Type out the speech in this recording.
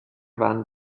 waren